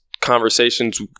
conversations